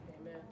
Amen